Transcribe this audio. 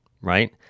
Right